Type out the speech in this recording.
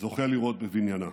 זוכה לראות בבניינה.